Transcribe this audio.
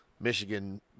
Michigan